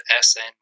SN